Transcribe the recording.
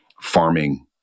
farming